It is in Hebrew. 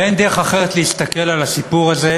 ואין דרך אחרת להסתכל על הסיפור הזה